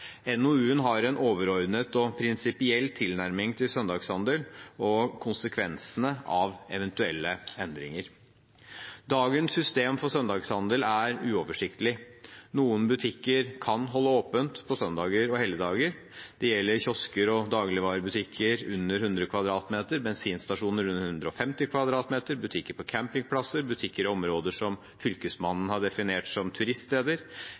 har en overordnet og prinsipiell tilnærming til søndagshandel og konsekvensene av eventuelle endringer. Dagens system for søndagshandel er uoversiktlig. Noen butikker kan holde åpent på søndager og helligdager. Det gjelder kiosker og dagligvarebutikker under 100 m2, bensinstasjoner under 150 m2, butikker på campingplasser, butikker i områder som Fylkesmannen har definert som turiststeder,